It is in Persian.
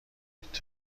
کنید